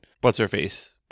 what's-her-face